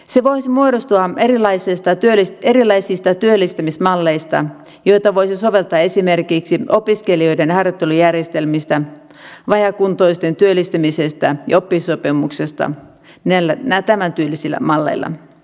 se voisi muodostua erilaisista työllistämismalleista joita voisi soveltaa esimerkiksi opiskelijoiden harjoittelujärjestelmistä vajaakuntoisten työllistämisestä ja oppisopimuksesta tämän tyylisillä malleilla